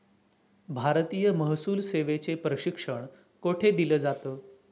भारतीय महसूल सेवेचे प्रशिक्षण कोठे दिलं जातं?